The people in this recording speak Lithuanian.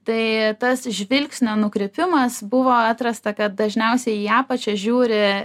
tai tas žvilgsnio nukrypimas buvo atrasta kad dažniausiai į apačią žiūri